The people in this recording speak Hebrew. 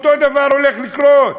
אותו הדבר הולך לקרות